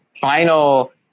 final